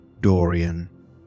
Dorian